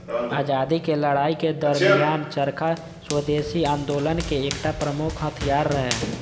आजादीक लड़ाइ के दरमियान चरखा स्वदेशी आंदोलनक एकटा प्रमुख हथियार रहै